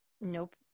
Nope